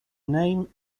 name